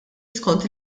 skont